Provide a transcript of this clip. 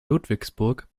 ludwigsburg